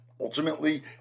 Ultimately